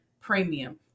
premium